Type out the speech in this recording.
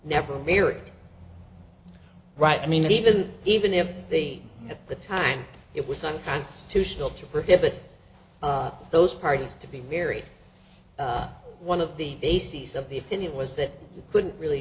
never fear right i mean even even if the at the time it was unconstitutional to prohibit those parties to be married one of the bases of the opinion was that it couldn't really